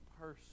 person